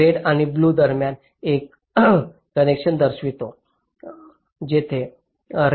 मी red आणि blue दरम्यान एक कनेक्शन दर्शवित आहे